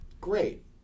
Great